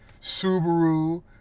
Subaru